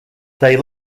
they